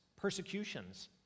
persecutions